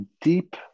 deep